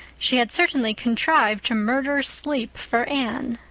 she had certainly contrived to murder sleep for anne.